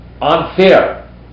unfair